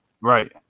Right